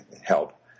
help